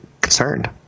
concerned